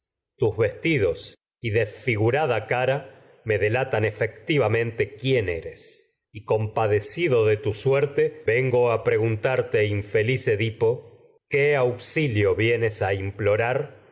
tus vestidos y desfigurada cara me delatan y efec tivamente quién eres compadecido de tu suerte ven edipo go a preguntarte infeliz qué auxilio vienes a implorar